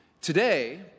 today